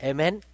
Amen